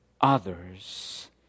others